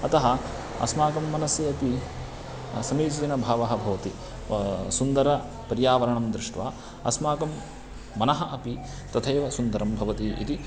अतः अस्माकं मनसि अपि समीचीनभावः भवति सुन्दरपर्यावरणं दृष्ट्वा अस्माकं मनः अपि तथैव सुन्दरं भवति इति